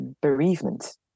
Bereavement